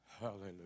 Hallelujah